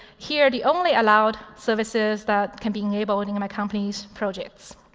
here are the only allowed services that can be enabled in um a company's projects.